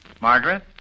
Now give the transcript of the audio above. Margaret